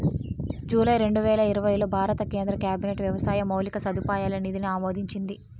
July రెండువేల ఇరవైలో భారత కేంద్ర క్యాబినెట్ వ్యవసాయ మౌలిక సదుపాయాల నిధిని ఆమోదించింది